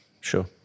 sure